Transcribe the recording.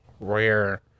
rare